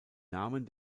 namen